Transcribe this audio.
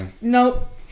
Nope